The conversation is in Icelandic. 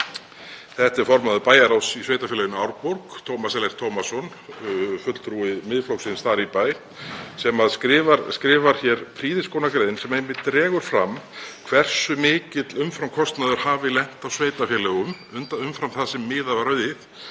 Það er formaður bæjarráðs í Sveitarfélaginu Árborg, Tómas Ellert Tómasson, fulltrúi Miðflokksins þar í bæ, sem skrifar hér prýðisgóða grein sem einmitt dregur fram hversu mikill kostnaður hafi lent á sveitarfélögum, umfram það sem miðað var við.